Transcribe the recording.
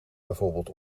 bijvoorbeeld